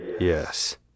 Yes